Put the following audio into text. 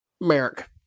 Merrick